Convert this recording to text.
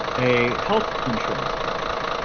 a health insurance program.